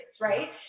Right